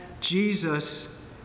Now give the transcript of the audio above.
Jesus